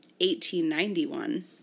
1891